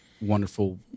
wonderful